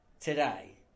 today